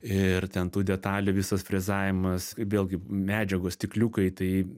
ir ten tų detalių visas frezavimas vėlgi medžiagos stikliukai tai